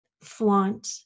flaunt